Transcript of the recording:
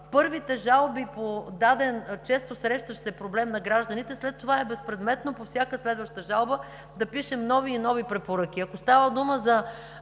първите жалби по даден често срещащ се проблем на гражданите, след това е безпредметно по всяка следваща жалба да пишем нови и нови препоръки. Ако става дума за